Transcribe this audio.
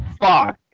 fuck